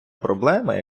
проблеми